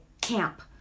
camp